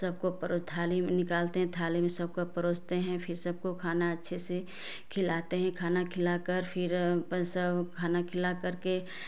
सबको परो थाली में निकालते हैं थाली में सबको परोसते हैं फिर सबको खाना अच्छे से खिलाते हैं खाना खिला कर फिर पैसा खाना खिला करके